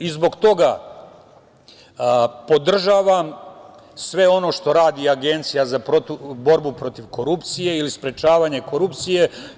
I zbog toga podržavam sve ono što radi Agencija za borbu protiv korupcije ili sprečavanje korupcije.